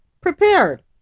prepared